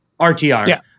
RTR